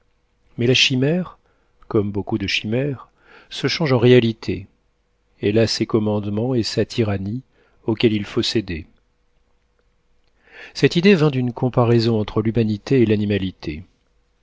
mais la chimère comme beaucoup de chimères se change en réalité elle a ses commandements et sa tyrannie auxquels il faut céder cette idée vint d'une comparaison entre l'humanité et l'animalité